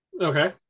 Okay